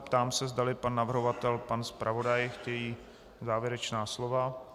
Ptám se, zdali pan navrhovatel nebo pan zpravodaj chtějí závěrečná slova.